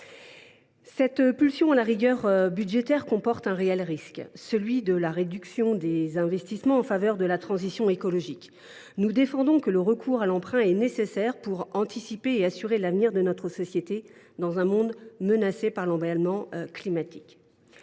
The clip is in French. Cette pulsion de rigueur budgétaire comporte un réel risque, celui de la réduction des investissements en faveur de la transition écologique. Nous défendons l’idée que le recours à l’emprunt est nécessaire pour anticiper et assurer l’avenir de notre société dans un monde menacé par l’emballement climatique.